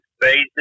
basic